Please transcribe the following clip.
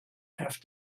have